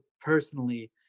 personally